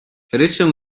ryczę